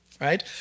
right